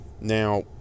Now